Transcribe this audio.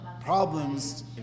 Problems